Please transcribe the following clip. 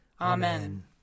Amen